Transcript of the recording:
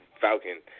Falcon